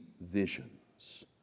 visions